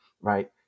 right